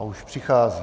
A už přichází.